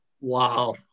Wow